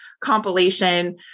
compilation